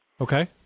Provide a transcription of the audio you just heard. Okay